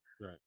right